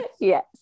Yes